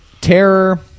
Terror